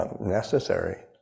necessary